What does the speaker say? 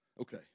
Okay